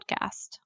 podcast